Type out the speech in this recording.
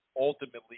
ultimately